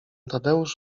tadeusz